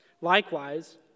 Likewise